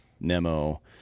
Nemo